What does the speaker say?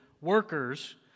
workers